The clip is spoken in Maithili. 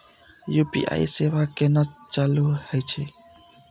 यू.पी.आई सेवा केना चालू है छै?